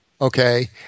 okay